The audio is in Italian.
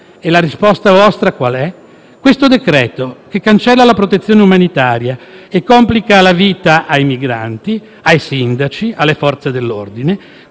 E la risposta vostra qual è? Un decreto-legge che cancella la protezione umanitaria e complica la vita ai migranti, ai sindaci, alle Forze dell'ordine.